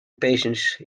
patience